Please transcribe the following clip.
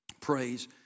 Praise